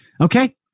Okay